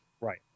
Right